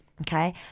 Okay